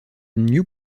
new